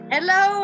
Hello